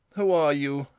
who are you?